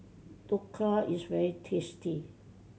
dhokla is very tasty